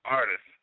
artist